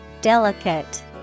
Delicate